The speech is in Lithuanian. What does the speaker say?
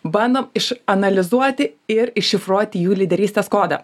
bandom išanalizuoti ir iššifruoti jų lyderystės kodą